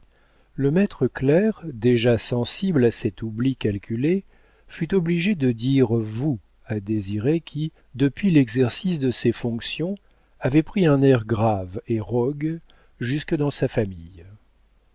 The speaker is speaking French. le maître clerc déjà sensible à cet oubli calculé fut obligé de dire vous à désiré qui depuis l'exercice de ses fonctions avait pris un air grave et rogue jusque dans sa famille